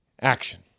Action